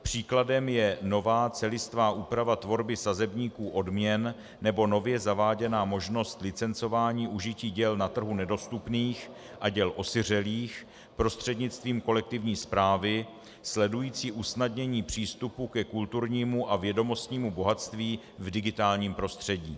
Příkladem je nová celistvá úprava tvorby sazebníků odměn nebo nově zaváděná možnost licencování užití děl na trhu nedostupných a děl osiřelých prostřednictvím kolektivní správy, sledující usnadnění přístupu ke kulturnímu a vědomostnímu bohatství v digitálním prostředí.